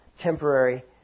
temporary